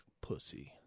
pussy